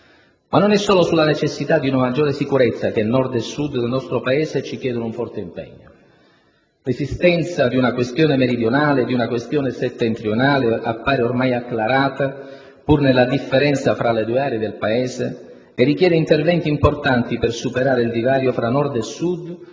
Ma non è solo sulla necessità di una maggiore sicurezza che Nord e Sud del nostro Paese ci chiedono un forte impegno. L'esistenza di una questione meridionale e di una questione settentrionale appare ormai acclarata, pur nella differenza tra le due aree del Paese, e richiede interventi importanti per superare il divario tra Nord e Sud